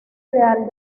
ideal